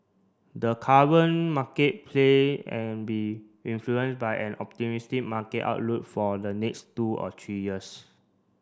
the current market play an be influenced by an optimistic market outlook for the next two or three years